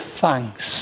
thanks